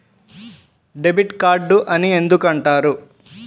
Debit card అని ఎందుకు అంటారు?